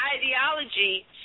ideology